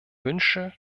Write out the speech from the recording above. wünsche